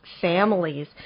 Families